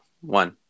One